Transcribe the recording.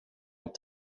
are